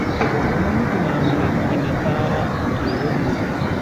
Do numtina am lesdi nasaara je yehi yeso.